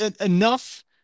enough